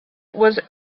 was